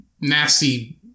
nasty